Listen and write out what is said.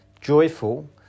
joyful